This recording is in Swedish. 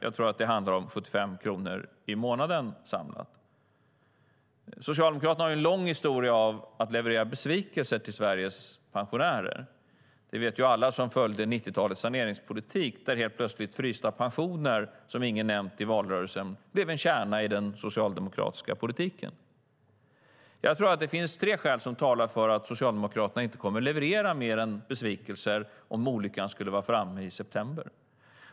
Jag tror att det handlar om 75 kronor i månaden. Socialdemokraterna har en lång historia av att leverera besvikelser till Sveriges pensionärer. Vi vet alla som följde 90-talets saneringspolitik att frysta pensioner, som ingen nämnt i valrörelsen, helt plötsligt blev en kärna i den socialdemokratiska politiken. Jag tror att det finns flera skäl som talar för att Socialdemokraterna inte kommer att leverera mer än besvikelser om olyckan skulle vara framme i september.